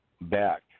Back